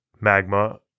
magma